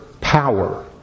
power